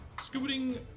scooting